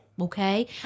Okay